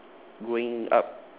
growing up